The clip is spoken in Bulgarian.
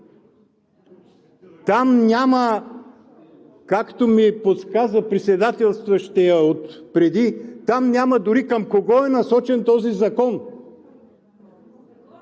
Там няма, както ми подсказа председателстващият отпреди, там няма дори към кого е насочен този закон.